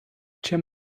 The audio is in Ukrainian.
чим